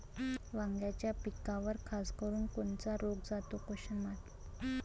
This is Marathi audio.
वांग्याच्या पिकावर खासकरुन कोनचा रोग जाते?